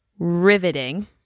riveting